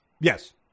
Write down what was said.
yes